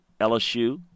LSU